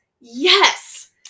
yes